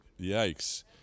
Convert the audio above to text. Yikes